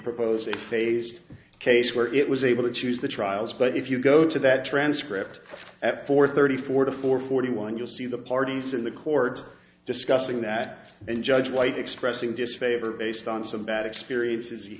proposes based case where it was able to choose the trials but if you go to that transcript at four thirty forty four forty one you'll see the parties in the court discussing that and judge white expressing disfavor based on some bad experiences he